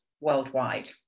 worldwide